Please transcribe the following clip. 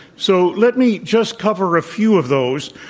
so let me just cover a few of those